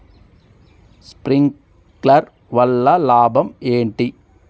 Sprinkler వల్ల లాభం ఏంటి?